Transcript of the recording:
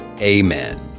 amen